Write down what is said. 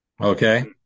Okay